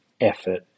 effort